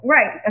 Right